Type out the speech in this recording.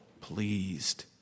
pleased